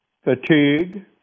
Fatigue